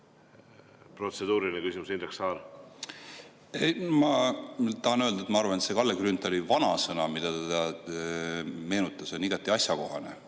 Protseduuriline küsimus, Indrek Saar. Ma tahan öelda, et see Kalle Grünthali vanasõna, mida ta meenutas, on igati asjakohane.